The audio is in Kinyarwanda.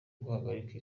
guhagarika